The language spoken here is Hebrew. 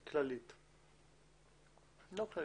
אני עובר כאן